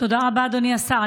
תודה רבה, אדוני השר.